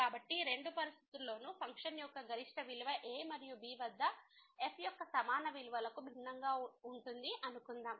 కాబట్టి రెండు పరిస్థితులలోనూ ఫంక్షన్ యొక్క గరిష్ట విలువ a మరియు b వద్ద f యొక్క సమాన విలువలకు భిన్నంగా ఉంటుంది అనుకుందాం